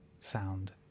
sound